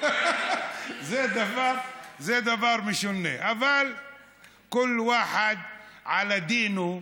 זה דבר משונה, אבל כל ואחד עלא דינו,